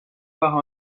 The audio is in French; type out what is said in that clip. par